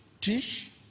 teach